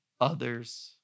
others